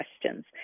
questions